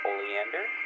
Oleander